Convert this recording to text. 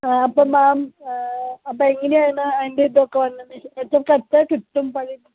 ആ അപ്പോൾ മാം അപ്പോൾ എങ്ങനെയാണ് അതിൻ്റെ ഇതൊക്കെ വരുന്നത് എത്ര പൈസ കിട്ടും ഇപ്പോൾ അതില്